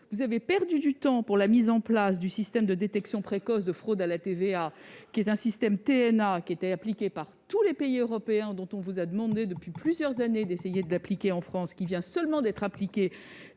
vous avez perdu du temps pour la mise en place du système de détection précoce de fraude à la TVA- c'est un système de (TNA) appliqué par tous les pays européens dont on vous a demandé depuis plusieurs années l'application en France, et qui vient seulement de l'être.